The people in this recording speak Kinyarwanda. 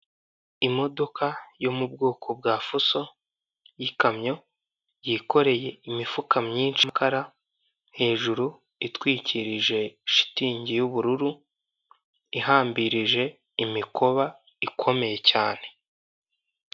Imodoka yo mu bwoko bwa fuso, y'ikamyo yikoreye imifuka myinshi y'amakara, hejuru itwikirije shitingi y'ubururu ihambirije imikoba ikomeye cyane.